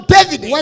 David